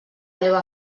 meva